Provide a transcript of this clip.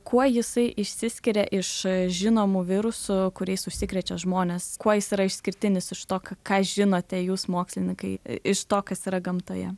kuo jisai išsiskiria iš žinomų virusų kuriais užsikrečia žmonės kuo jis yra išskirtinis iš to ką žinote jūs mokslininkai iš to kas yra gamtoje